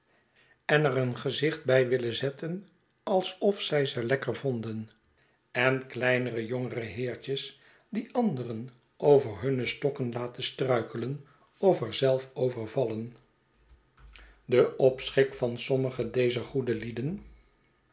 en er een gezicht bij willen zetten alsof zij ze lekker vonden en kleinere jongere heertjes die anderen over hunne stokken laten struikelen of er zelf over vallen de opschik van sommige dezer goede lieden